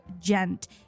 gent